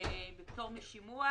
בפטור משימוע